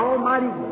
Almighty